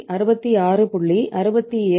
67ஐ 0